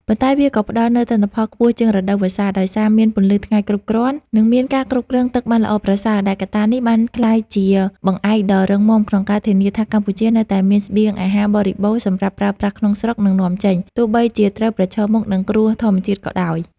ប៉ុន្តែវាក៏ផ្តល់នូវទិន្នផលខ្ពស់ជាងរដូវវស្សា ដោយសារមានពន្លឺថ្ងៃគ្រប់គ្រាន់ និងមានការគ្រប់គ្រងទឹកបានល្អប្រសើរ ដែលកត្តានេះបានក្លាយជាបង្អែកដ៏រឹងមាំក្នុងការធានាថាកម្ពុជានៅតែមានស្បៀងអាហារបរិបូរណ៍សម្រាប់ប្រើប្រាស់ក្នុងស្រុក និងនាំចេញ ទោះបីជាត្រូវប្រឈមមុខនឹងគ្រោះធម្មជាតិក៏ដោយ។